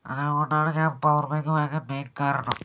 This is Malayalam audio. അതുകൊണ്ടാണ് ഞാൻ പവർബാങ്ക് വാങ്ങാൻ മെയിൻ കാരണം